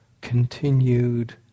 continued